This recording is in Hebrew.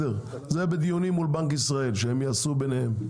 זה בדיונים מול בנק ישראל שהם יעשו ביניהם.